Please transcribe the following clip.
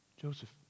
Joseph